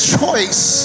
choice